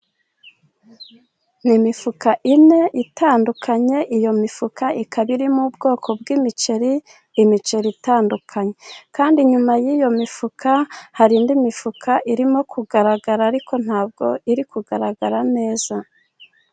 Ni imifuka ine itandukanye, iyo mifuka ikaba irimo ubwoko bw'imiceri, imiceri itandukanye. Kandi inyuma y'iyo mifuka, hari indi mifuka irimo kugaragara ariko ntabwo iri kugaragara neza.